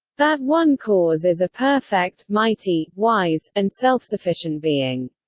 that one cause is a perfect, mighty, wise, and self-sufficient being.